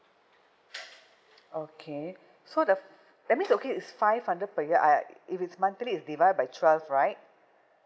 okay so the that means okay it's five hundred per year I if it's monthly divided by twelve right